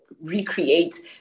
recreate